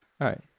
right